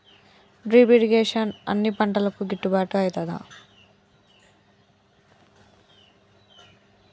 Drip irrigation అన్ని పంటలకు గిట్టుబాటు ఐతదా?